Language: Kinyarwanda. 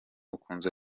akunze